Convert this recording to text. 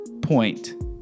point